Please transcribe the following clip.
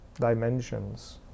dimensions